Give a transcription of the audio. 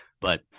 But-